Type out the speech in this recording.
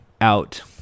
out